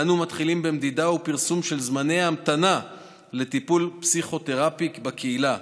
אנו מתחילים במדידה ופרסום של זמני ההמתנה לטיפול פסיכותרפי בקהילה,